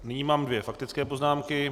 Nyní mám dvě faktické poznámky.